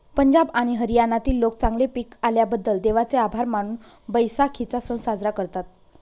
पंजाब आणि हरियाणातील लोक चांगले पीक आल्याबद्दल देवाचे आभार मानून बैसाखीचा सण साजरा करतात